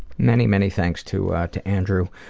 many, many thanks to to andrew.